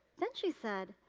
then she said,